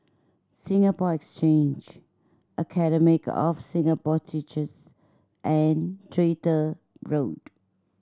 Singapore Exchange Academy of Singapore Teachers and Tractor Road